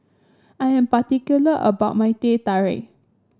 I am particular about my Teh Tarik